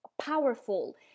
powerful